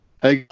Hey